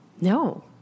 No